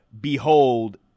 behold